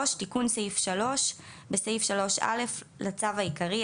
תיקון סעיף 3 3. בסעיף 3(א) לצו העיקרי,